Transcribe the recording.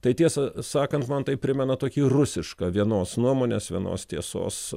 tai tiesą sakant man tai primena tokį rusišką vienos nuomonės vienos tiesos